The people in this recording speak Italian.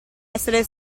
essere